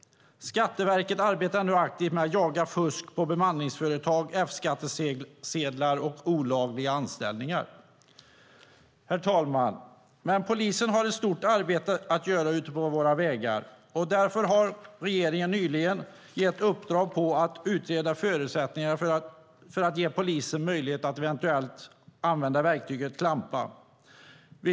Skatteverket arbetar nu aktivt med att jaga fusk inom bemanningsföretag, till exempel F-skattsedlar och olagliga anställningar. Herr talman! Polisen har ett stort arbete att göra ute på våra vägar, och därför har regeringen nyligen lagt ut ett uppdrag att utreda förutsättningarna för att ge polisen möjlighet att använda verktyget klampning.